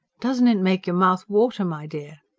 doesn't it make your mouth water, my dear?